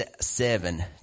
seven